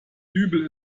dübel